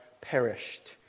perished